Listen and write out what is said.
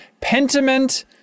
Pentiment